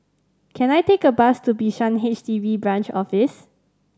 can I take a bus to Bishan H D B Branch Office